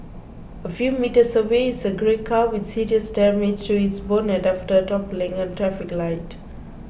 a few metres away is a grey car with serious damage to its bonnet after toppling a traffic light